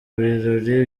birori